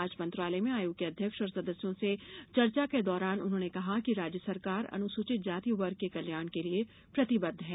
आज मंत्रालय में आयोग के अध्यक्ष और सदस्यों से चर्चा के दौरान उन्होंने कहा कि राज्य सरकार अनुसूचित जाति वर्ग के कल्याण के लिये प्रतिबद्ध है